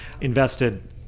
invested